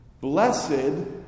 Blessed